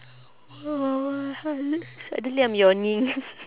suddenly I'm yawning